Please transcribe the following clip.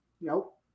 Nope